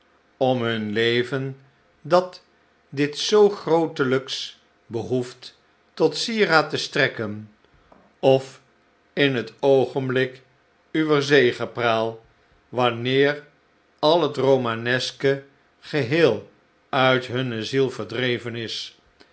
om hun leven dat dit zoo grootelijks behoeft tot sieraad te strekken of in het oogenblik uwer zegepraal wanneer al het romaneske geheel uit hunne ziel verdreven is